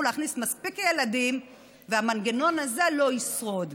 להכניס מספיק ילדים והמנגנון הזה לא ישרוד.